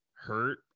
hurt